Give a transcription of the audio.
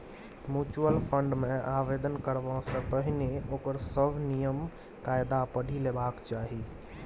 mutual fund मे आवेदन करबा सँ पहिने ओकर सभ नियम कायदा पढ़ि लेबाक चाही